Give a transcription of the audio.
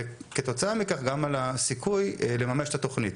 וכתוצאה מכך גם על הסיכוי לממש את התוכנית.